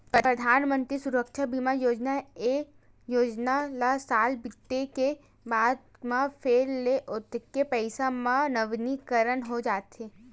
परधानमंतरी सुरक्छा बीमा योजना, ए योजना ल साल बीते के बाद म फेर ले ओतके पइसा म नवीनीकरन हो जाथे